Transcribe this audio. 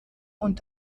und